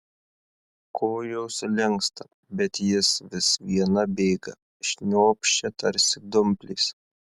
kojos linksta bet jis vis viena bėga šnopščia tarsi dumplės